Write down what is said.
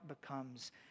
becomes